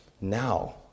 Now